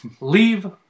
Leave